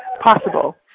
possible